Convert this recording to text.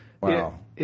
Wow